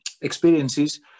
experiences